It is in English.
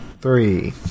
Three